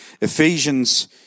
Ephesians